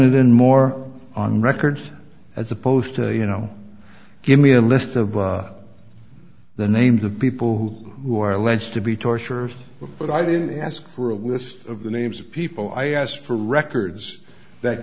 it in more on records as opposed to you know give me a list of the names of people who are alleged to be torturers but i didn't ask for a list of the names of people i asked for records that